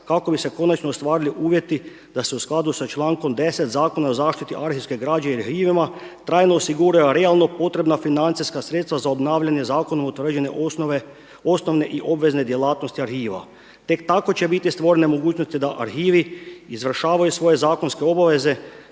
kako bi se konačno ostvarili uvjeti da se u skladu sa člankom 10. Zakona o zaštiti arhivske građe i arhivima trajno osiguraju realno potrebna financijska sredstva za obnavljanje zakonom utvrđene osnovne i obvezne djelatnosti arhiva. Tek tako će biti stvorene mogućnosti da arhivi izvršavaju svoje zakonske obaveze